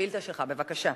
השאילתא שלך, בבקשה.